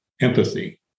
empathy